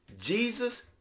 Jesus